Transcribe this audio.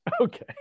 Okay